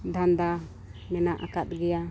ᱫᱷᱟᱱᱫᱟ ᱢᱮᱱᱟᱜ ᱟᱠᱟᱫ ᱜᱮᱭᱟ